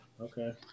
Okay